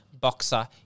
Boxer